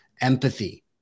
empathy